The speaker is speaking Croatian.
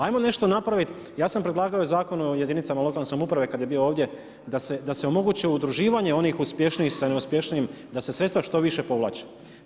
Ajmo nešto napraviti, ja sam predlagao i u Zakonu o jedinicama lokalne samouprave kad je bio ovdje da se omogući udruživanje onih uspješnijih sa neuspješnijim, da se sredstva što više povlače.